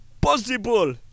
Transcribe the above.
possible